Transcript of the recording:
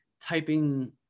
typing